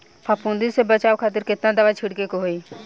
फाफूंदी से बचाव खातिर केतना दावा छीड़के के होई?